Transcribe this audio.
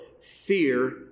fear